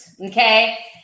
Okay